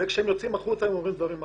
וכשהם יוצאים החוצה הם אומרים דברים אחרים.